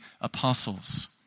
apostles